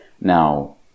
Now